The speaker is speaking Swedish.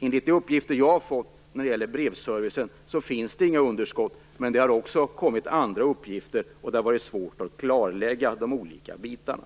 Enligt de uppgifter jag har fått när det gäller brevservicen finns det inga underskott, men det har också kommit andra uppgifter, och det har varit svårt att klarlägga de olika bitarna.